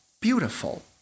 beautiful